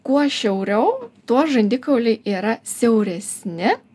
kuo šiauriau tuo žandikauliai yra siauresni